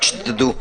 רק שתדעו.